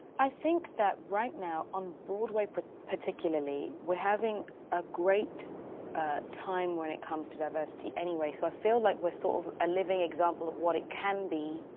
i think that right now, on broadway particularly, we're having a great time when it comes to diversity anyway. so i feel like we're sort of a living example of what it can be.